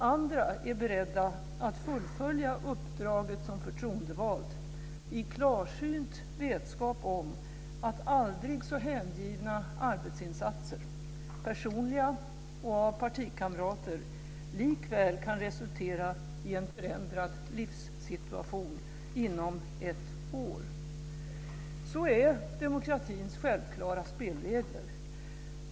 Andra är beredda att fullfölja uppdraget som förtroendevald i klarsynt vetskap om att aldrig så hängivna arbetsinsatser - personliga och av partikamrater - likväl kan resultera i en förändrad livssituation inom ett år. Så är demokratins självklara spelregler.